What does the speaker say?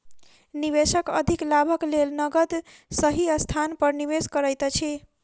निवेशक अधिक लाभक लेल नकद सही स्थान पर निवेश करैत अछि